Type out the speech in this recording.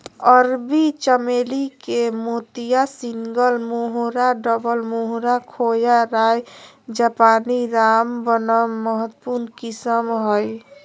अरबी चमेली के मोतिया, सिंगल मोहोरा, डबल मोहोरा, खोया, राय जापानी, रामबनम महत्वपूर्ण किस्म हइ